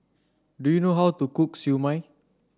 do you know how to cook Siew Mai